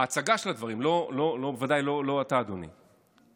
ההצגה של הדברים, ודאי לא אתה, אדוני.